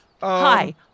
Hi